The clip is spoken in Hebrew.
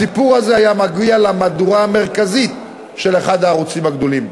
הסיפור הזה היה מגיע למהדורה המרכזית של אחד הערוצים הגדולים.